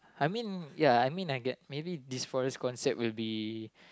I mean ya I mean I get maybe this forest concert will be